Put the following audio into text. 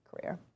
career